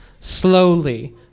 slowly